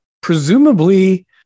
presumably